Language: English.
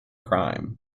crime